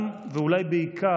גם, ואולי בעיקר,